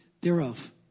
thereof